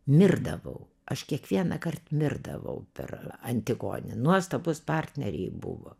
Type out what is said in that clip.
mirdavau aš kiekvienąkart mirdavau per antigonę nuostabūs partneriai buvo